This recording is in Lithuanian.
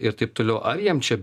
ir taip toliau ar jiem čia